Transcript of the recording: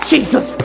Jesus